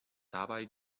dabei